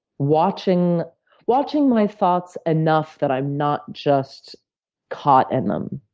watching watching my thoughts enough that i'm not just caught in them,